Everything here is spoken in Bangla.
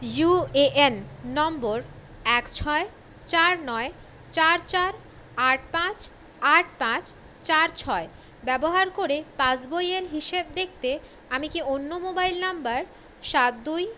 ইউএএন নম্বর এক ছয় চার নয় চার চার আট পাঁচ আট পাঁচ চার ছয় ব্যবহার করে পাসবইয়ের হিসেব দেখতে আমি কি অন্য মোবাইল নম্বর সাত দুই